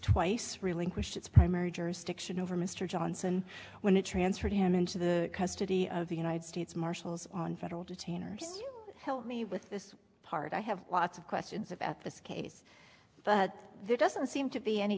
twice relinquished its primary jurisdiction over mr johnson when it transferred him into the custody of the united states marshals on federal detainers you help me with this part i have lots of questions about this case but there doesn't seem to be any